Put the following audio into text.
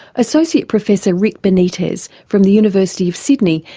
associate professor rick benitez from the university of sydney.